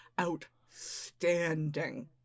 outstanding